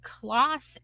cloth